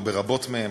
או ברבות מהן,